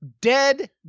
Dead